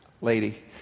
lady